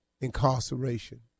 incarceration